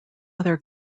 other